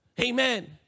Amen